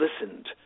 listened